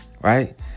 right